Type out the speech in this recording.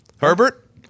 Herbert